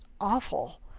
awful